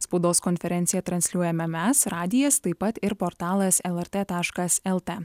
spaudos konferenciją transliuojame mes radijas taip pat ir portalas lrt taškas lt